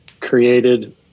created